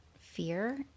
fear